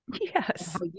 Yes